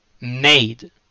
made